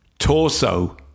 torso